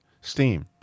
steam